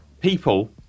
people